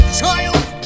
child